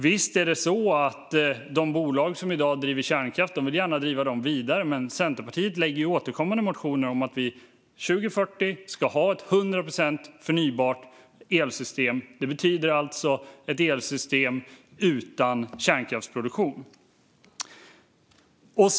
Visst är det så att de bolag som i dag driver kärnkraft gärna vill driva den vidare, men Centerpartiet lägger återkommande motioner om att vi år 2040 ska ha ett 100 procent förnybart elsystem. Det betyder alltså ett elsystem utan kärnkraftsproduktion. Fru talman!